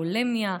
בולימיה,